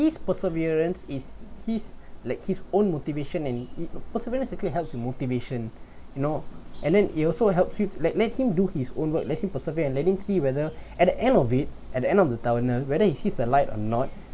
his perseverance is his like his own motivation and perseverance it can helps motivation you know and then it also helps you let him do his own work lets him persevere and let him see whether at the end of it at the end of the tunnel whether he sees the light or not